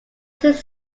since